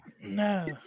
no